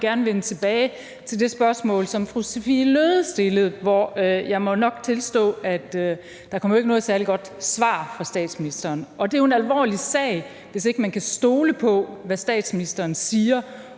derimod gerne vende tilbage til det spørgsmål, som fru Sophie Løhde stillede. Jeg må nok tilstå, at der ikke kom noget særlig godt svar fra statsministeren, og det er jo en alvorlig sag, hvis man ikke kan stole på, hvad statsministeren siger.